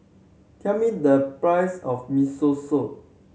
tell me the price of Miso Soup